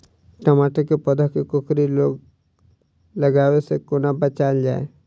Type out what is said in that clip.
टमाटर केँ पौधा केँ कोकरी रोग लागै सऽ कोना बचाएल जाएँ?